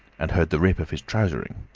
and heard the rip of his trousering.